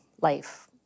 life